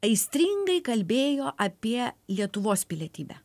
aistringai kalbėjo apie lietuvos pilietybę